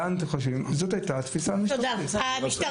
זו הייתה תפיסה המשטרתית.